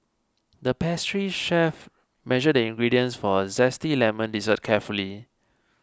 the pastry chef measured the ingredients for a Zesty Lemon Dessert carefully